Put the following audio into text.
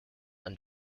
and